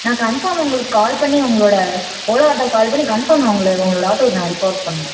நான் கன்ஃபார்ம் உங்களுக்கு கால் பண்ணி உங்களோடய ஓலோ ஆட்டோவுக்கு கால் பண்ணி கன்ஃபார்ம் நான் உங்களை உங்களோடய ஆட்டோவை நான் ரிப்போர்ட் பண்ணுவேன்